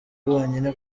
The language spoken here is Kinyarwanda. bonyine